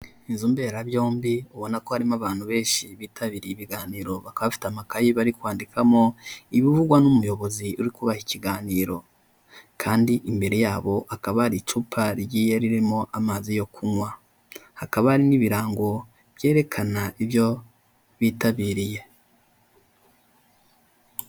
Inzu mberabyombi ubona ko harimo abantu benshi bitabiriye ibiganiro bakaba bafite amakayi bari kwandikamo, ibivugwa n'umuyobozi uri kubaha ikiganiro kandi imbere yabo akaba hari icupa rigiye ririmo amazi yo kunywa, hakaba hari n'ibirango byerekana ibyo bitabiriye.